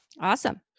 Awesome